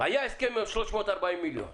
הסכם לגבי 340 מיליון שקלים.